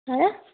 ਹੈਂ